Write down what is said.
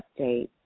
update